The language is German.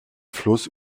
fluss